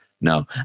no